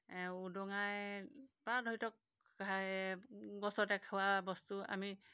উদঙাই বা ধৰি থওক গছতে খোৱাবস্তু আমি